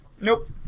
Nope